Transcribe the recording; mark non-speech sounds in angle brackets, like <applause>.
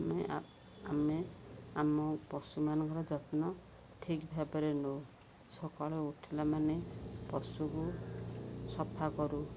ଆମେ <unintelligible> ଆମେ ଆମ ପଶୁମାନଙ୍କର ଯତ୍ନ ଠିକ୍ ଭାବରେ ନେଉ ସକାଳୁ ଉଠିଲା ମାନେ ପଶୁକୁ ସଫା କରୁ